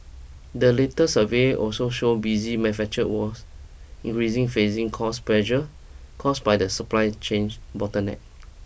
the latest survey also showed busy manufacture was increasing facing cost pressure caused by supply change bottleneck